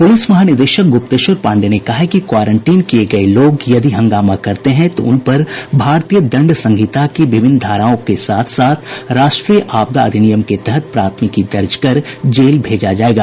प्रलिस महानिदेशक गुप्तेश्वर पांडेय ने कहा है कि क्वारंटीन किये गये लोग यदि हंगामा करते है तो उनपर भारतीय दंड संहिता की विभिन्न धाराओं के साथ साथ राष्ट्रीय आपदा अधिनियम के तहत प्राथमिकी दर्ज कर जेल भेजा जायेगा